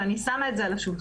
ואני שמה את זה על השולחן,